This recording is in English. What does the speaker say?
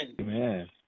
Amen